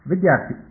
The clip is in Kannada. ವಿದ್ಯಾರ್ಥಿ ಕೆ